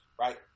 right